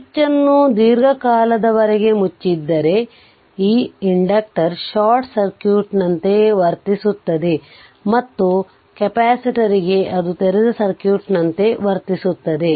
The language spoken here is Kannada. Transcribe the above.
ಸ್ವಿಚ್ ಅನ್ನು ದೀರ್ಘಕಾಲದವರೆಗೆ ಮುಚ್ಚಿದ್ದರೆ ಆ ಇಂಡಕ್ಟರ್ಶಾರ್ಟ್ ಸರ್ಕ್ಯೂಟ್ನಂತೆ ವರ್ತಿಸುತ್ತದೆ ಮತ್ತು ಕೆಪಾಸಿಟರ್ಗೆ ಅದು ತೆರೆದ ಸರ್ಕ್ಯೂಟ್ನಂತೆ ವರ್ತಿಸುತ್ತದೆ